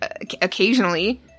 occasionally